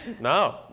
No